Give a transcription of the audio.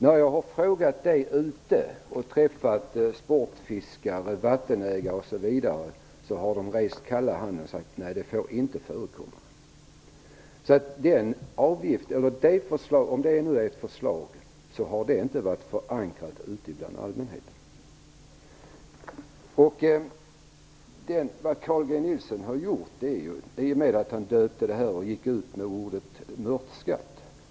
När jag har gått ut och frågat sportfiskare och vattenägare om detta har de vinkat med kalla handen och sagt att detta inte får förekomma. Om detta är ett förslag har det i så fall inte varit förankrat ute bland allmänheten. Carl G Nilsson döpte detta och gick ut med ordet "mörtskatt".